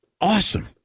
awesome